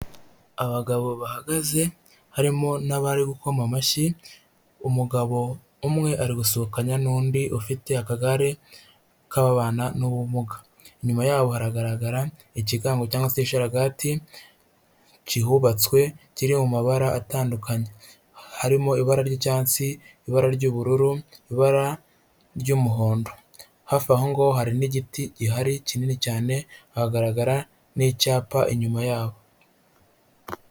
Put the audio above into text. Abagabo bahagaze harimo n'abari gukoma amashyi, umugabo umwe ari gusuhukanya n'undi ufite akagare k'ababana n'ubumuga. Inyuma yaho haragaragara ikigango cyangwa se isharagati kihubatswe, kiri mu mabara atandukanye. Harimo ibara ry'icyatsi, ibara ry'ubururu, ibara ry'umuhondo. Hafi aho ngaho hari n'igiti gihari kinini cyane, hakagaragara n'icyapa inyuma yabo.